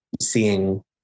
Seeing